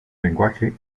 lenguaje